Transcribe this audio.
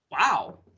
Wow